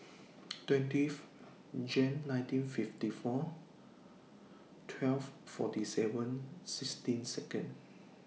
twentieth Jan nineteen fifty four twelve forty seven sixteen Second